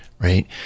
Right